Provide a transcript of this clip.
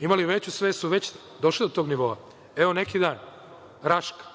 imale veću svest, su već došle do tog nivoa. Evo, pre neki dan, Raška,